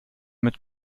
mit